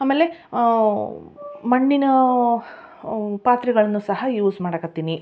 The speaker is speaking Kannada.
ಆಮೇಲೆ ಮಣ್ಣಿನಾ ಪಾತ್ರೆಗಳನ್ನು ಸಹ ಯೂಸ್ ಮಾಡೋಕತ್ತೀನಿ